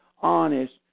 honest